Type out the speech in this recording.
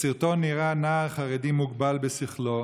בסרטון נראה נער חרדי מוגבל בשכלו